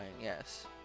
yes